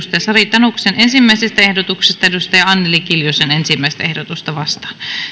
sari tanuksen ensimmäisestä ehdotuksesta anneli kiljusen ensimmäinen ehdotusta vastaan